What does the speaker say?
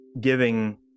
giving